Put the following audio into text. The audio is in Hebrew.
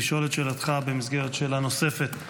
לשאול את שאלתך במסגרת שאלה נוספת,